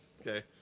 Okay